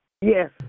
Yes